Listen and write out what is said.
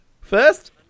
First